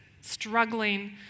struggling